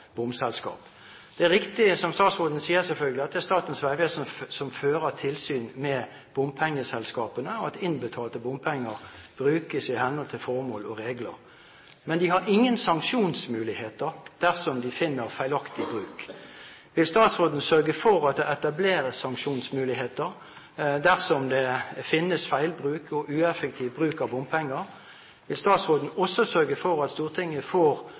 er selvfølgelig riktig som statsråden sier, at det er Statens vegvesen som fører tilsyn med bompengeselskapene, slik at innbetalte bompenger brukes i henhold til formål og regler. Men de har ingen sanksjonsmuligheter dersom de finner feilaktig bruk. Vil statsråden sørge for at det etableres sanksjonsmuligheter dersom det finnes feil bruk og ineffektiv bruk av bompenger? Vil statsråden også sørge for at Stortinget får